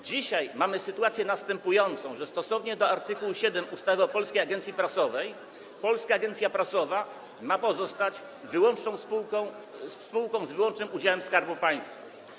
Dzisiaj mamy sytuację następującą: stosownie do art. 7 ustawy o Polskiej Agencji Prasowej Polska Agencja Prasowa ma pozostać spółką z wyłącznym udziałem Skarbu Państwa.